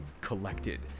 collected